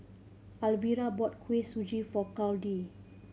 Alvira brought Kuih Suji for Claudie